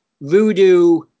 voodoo